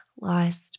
lost